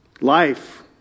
Life